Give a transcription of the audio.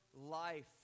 life